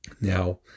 Now